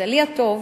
למזלי הטוב